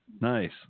Nice